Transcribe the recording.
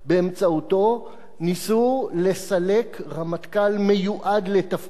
באמצעותו ניסו לסלק רמטכ"ל מיועד לתפקיד,